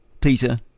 Peter